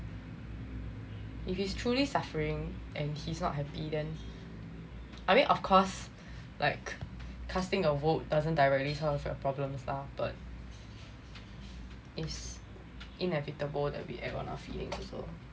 if he's truly suffering and he's not happy then I mean of course like casting a vote doesn't directly help with your problems lah but is inevitable that we add on our feelings also